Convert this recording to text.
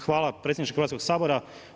Hvala predsjedniče Hrvatskog sabora.